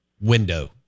window